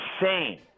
Insane